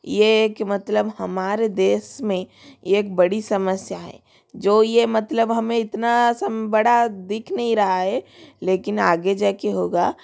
ये हे कि मतलब हमारे देश में ये एक बड़ी समस्या है जो ये मतलब हमें इतना सम बड़ा दिख नहीं रहा है लेकिन आगे जा के होगा